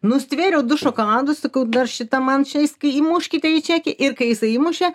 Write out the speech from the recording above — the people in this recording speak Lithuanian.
nustvėriau du šokoladus sakau dar šitą man čia įmuškite į čekį ir kai jisai įmušė